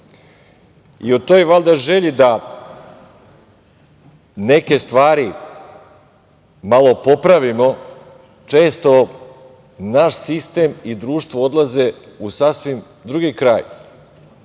u toj valjda želji da neke stvari malo popravimo, često naš sistem i društvo odlaze u sasvim drugi kraj. Nije